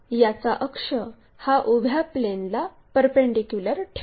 याचा अक्ष हा उभ्या प्लेनला परपेंडीक्युलर ठेऊ